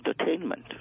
entertainment